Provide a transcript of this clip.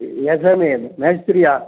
ஏன் சார் நீங்கள் மேஸ்திரியா